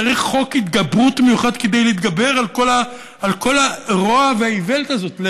צריך חוק התגברות מיוחד כדי להתגבר על כל הרוע והאיוולת הזאת.